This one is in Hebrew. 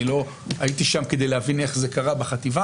אני לא הייתי שם כדי להבין איך זה קרה בחטיבה.